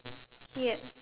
yes